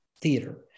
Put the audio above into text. theater